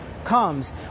comes